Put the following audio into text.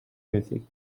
music